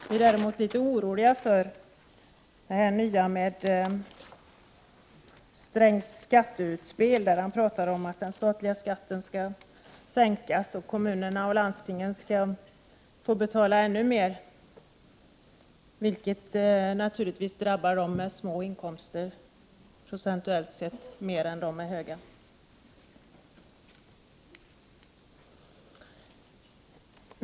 Vi är däremot litet oroliga för Feldts skatteutspel, där han pratar om att den statliga skatten skall sänkas och kommunerna och landstingen skall få betala ännu mer, vilket naturligtvis drabbar dem med små inkomster procentuellt sett mer än dem med höga.